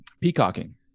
peacocking